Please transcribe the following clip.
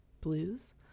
Blues